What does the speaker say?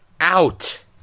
out